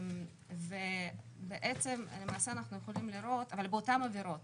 אבל באותן עבירות.